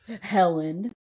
Helen